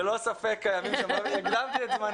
אז אפרופו שטחים, ללא ספק, הקדמתי את זמני.